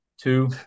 Two